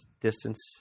distance